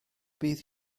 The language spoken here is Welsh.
bydd